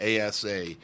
ASA